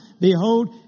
behold